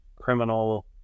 criminal